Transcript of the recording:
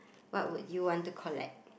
what would you want to collect